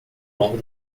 longo